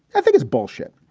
i think it's bullshit.